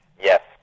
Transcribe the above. yes